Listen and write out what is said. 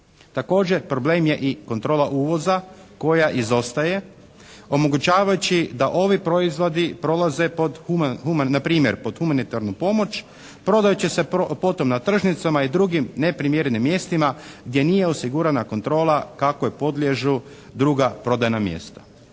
Također problem je i kontrola uvoza koja izostaje, omogućavajući da ovi proizvodi prolaze npr. pod humanitarnu pomoć, prodajući se potom na tržnicama i drugim neprimjerenim mjestima gdje nije osigurana kontrola kakvoj podliježu druga prodajna mjesta.